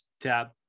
tab